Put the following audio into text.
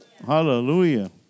Hallelujah